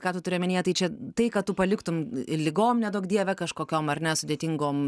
ką tu turi omenyje tai čia tai kad tu paliktum ir ligom neduok dieve kažkokiom ar ne sudėtingom